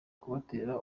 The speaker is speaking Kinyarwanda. kubatera